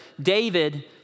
David